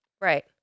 right